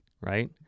Right